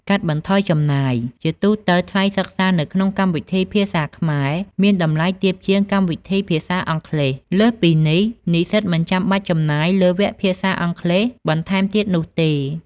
កាត់បន្ថយចំណាយ ជាទូទៅ ថ្លៃសិក្សានៅក្នុងកម្មវិធីភាសាខ្មែរមានតម្លៃទាបជាងកម្មវិធីភាសាអង់គ្លេស។ លើសពីនេះ និស្សិតមិនចាំបាច់ចំណាយលើវគ្គភាសាអង់គ្លេសបន្ថែមទៀតនោះទេ។